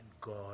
God